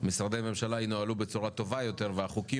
משרדי הממשלה ינוהלו בצורה טובה יותר ושהחוקים